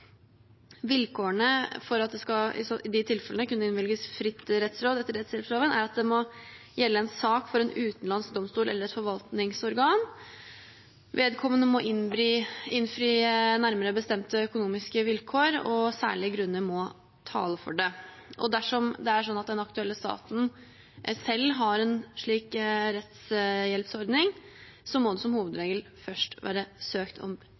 Vilkårene for at det i de tilfellene skal kunne innvilges fritt rettsråd etter rettshjelpsloven, er at det må gjelde en sak for en utenlandsk domstol eller et forvaltningsorgan, vedkommende må innfri nærmere bestemte økonomiske vilkår, og særlige grunner må tale for det. Dersom den aktuelle staten selv har en slik rettshjelpsordning, må det som hovedregel først være søkt om